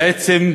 בעצם,